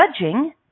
Judging